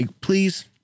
Please